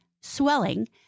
swelling